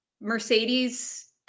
Mercedes